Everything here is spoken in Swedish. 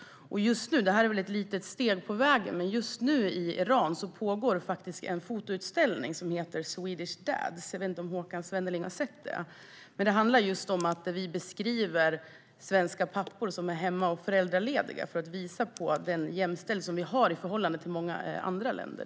Ett litet steg på vägen är att det just nu pågår en fotoutställning i Iran som heter Swedish dads . Jag vet inte om Håkan Svenneling känner till den. På utställningen beskrivs svenska pappor som är hemma och föräldralediga för att visa den stora jämställdhet som Sverige har i förhållande till många andra länder.